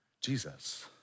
Jesus